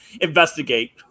investigate